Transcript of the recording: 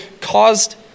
caused